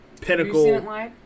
pinnacle